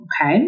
Okay